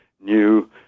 new